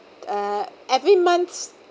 uh every month